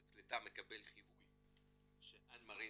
יועץ הקליטה מקבל חיווי שאן מארין